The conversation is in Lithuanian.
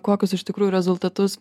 kokius iš tikrųjų rezultatus